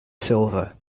silva